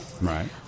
Right